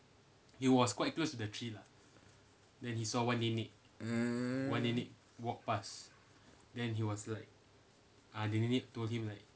mm